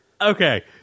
okay